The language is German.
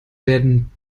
werden